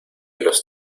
los